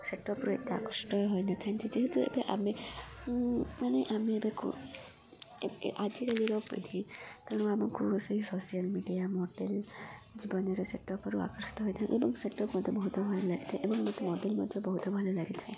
ସେଟ୍ଅପ୍ରୁ ଏତେ ଆକୃଷ୍ଟ ହୋଇନଥାନ୍ତି ଯେହେତୁ ଏବେ ଆମେ ମାନେ ଆମେ ଏବେକୁ ଆଜିକାଲିର ପିଢ଼ି ତେଣୁ ଆମକୁ ସେଇ ସୋସିଆଲ ମିଡ଼ିଆ ମଡ଼େଲ ଜୀବନରେ ସେଟ୍ଅପ୍ରୁ ଆକୃଷ୍ଟ ହୋଇଥାଏ ଏବଂ ସେଟ୍ଅପ୍ ମଧ୍ୟ ବହୁତ ଭଲ ଲାଗିଥାଏ ଏବଂ ମୋତେ ମଡ଼େଲ ମଧ୍ୟ ବହୁତ ଭଲ ଲାଗିଥାଏ